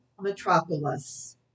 Metropolis